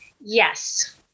Yes